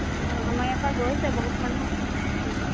অঁ আমাৰ ইয়াৰ পৰা গৈছে বহুত মানুহ